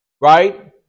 right